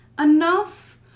enough